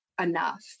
enough